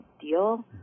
deal